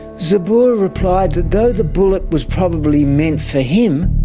zabur replied that though the bullet was probably meant for him,